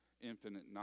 infinite